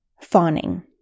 fawning